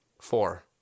Four